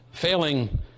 Failing